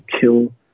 kill